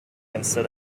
instead